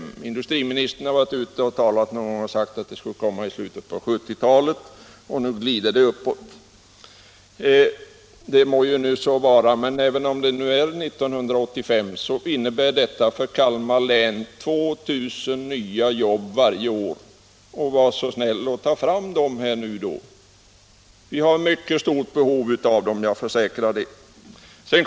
— Samordnad Industriministern har någon gång sagt att de skulle finnas i slutet av 1970 — sysselsättnings och talet, och nu glider det uppåt. regionalpolitik Det må så vara. Men även om det är 1985 de skall finnas, innebär det för Kalmar län 2000 nya jobb varje år. Var så snäll och ta fram dem nu då! Vi har mycket stort behov av dem =— det försäkrar jag.